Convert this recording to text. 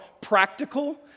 practical